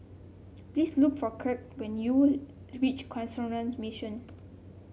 please look for Crete when you reach Canossian Mission